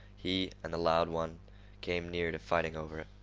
he and the loud one came near to fighting over it.